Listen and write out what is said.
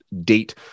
date